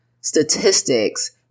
statistics